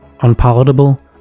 Unpalatable